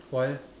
why